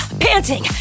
Panting